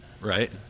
right